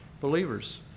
believers